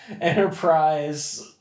Enterprise